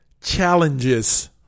challenges